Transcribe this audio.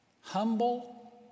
humble